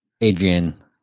Adrian